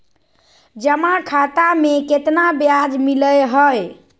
जमा खाता में केतना ब्याज मिलई हई?